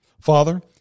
Father